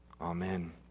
Amen